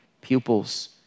pupils